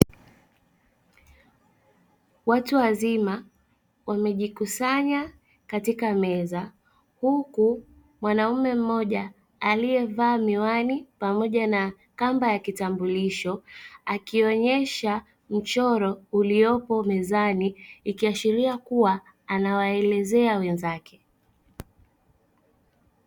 Watu wazima wamejikusanya katika meza, huku mwanaume mmoja aliyevaa miwani pamoja na kamba ya kitambulisho, akionyesha mchoro uliopo mezani, ikiashiria kuwa anawaelezea wenzake.